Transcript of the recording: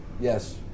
yes